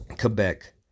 Quebec